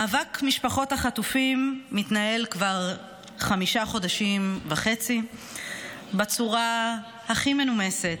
מאבק משפחות החטופים מתנהל כבר חמישה חודשים וחצי בצורה הכי מנומסת,